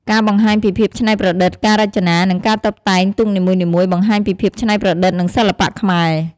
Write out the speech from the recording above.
ការបង្ហាញពីភាពច្នៃប្រឌិត ការរចនា និងការតុបតែងទូកនីមួយៗបង្ហាញពីភាពច្នៃប្រឌិត និងសិល្បៈខ្មែរ។